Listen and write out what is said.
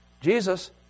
Jesus